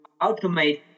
automate